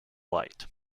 light